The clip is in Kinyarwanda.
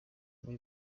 muri